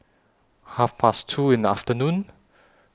Half Past two in The afternoon